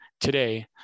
today